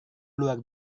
luar